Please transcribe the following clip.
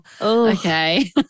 okay